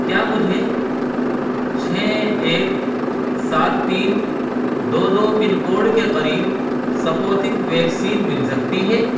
کیا مجھے چھ ایک سات تین دو دو پن کوڈ کے قریب اسپوتنک ویکسین مل سکتی ہے